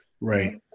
Right